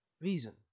reason